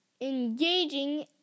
engaging